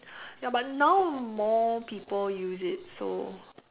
ya but now more people use it so